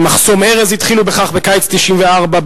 במחסום ארז התחילו בכך בקיץ 1994,